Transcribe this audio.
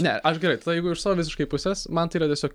ne aš gerai tada jeigu iš savo visiškai pusės man tai yra tiesiog